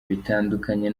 bitandukanye